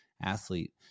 athlete